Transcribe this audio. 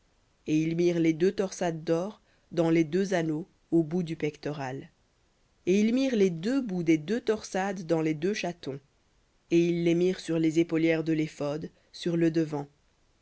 et tu mettras les deux torsades d'or dans les deux anneaux aux bouts du pectoral et tu mettras les deux bouts des deux torsades dans les deux chatons et tu les mettras sur les épaulières de l'éphod sur le devant